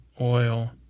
oil